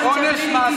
הסנקציה הפלילית.